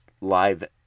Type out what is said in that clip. live